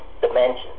dimensions